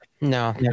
No